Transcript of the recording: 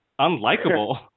unlikable